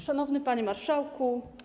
Szanowny Panie Marszałku!